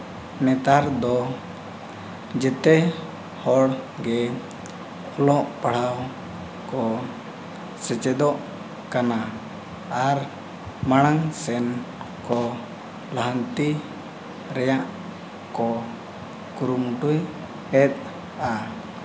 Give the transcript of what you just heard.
ᱱᱮᱛᱟᱨ ᱫᱚ ᱡᱮᱛᱮ ᱦᱚᱲ ᱜᱮ ᱚᱞᱚᱜ ᱯᱟᱲᱦᱟᱣ ᱠᱚ ᱥᱮᱪᱮᱫᱚᱜ ᱠᱟᱱᱟ ᱟᱨ ᱢᱟᱲᱟᱝ ᱥᱮᱫ ᱠᱚ ᱞᱟᱦᱟᱱᱛᱤ ᱨᱮᱭᱟᱜ ᱠᱚ ᱠᱩᱨᱩᱢᱩᱴᱩᱭᱮᱫᱼᱟ